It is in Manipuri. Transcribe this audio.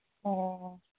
ꯑꯣ